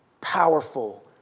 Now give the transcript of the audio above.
powerful